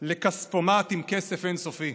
לכספומט עם כסף אין-סופי.